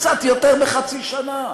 קצת יותר מחצי שנה,